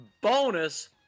bonus